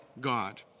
God